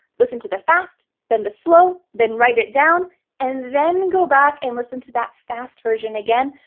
listen to the fast, then the slow, then write it down and then go back and listen to that fast version again.